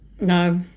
No